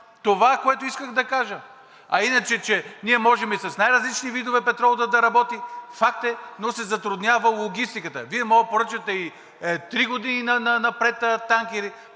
Това е, което исках да кажа. А иначе, че можем и с най-различни видове петрол да работим, факт е, но се затруднява логистиката. Вие може да поръчате и три години напред танкери.